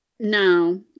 no